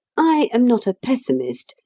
i am not a pessimist,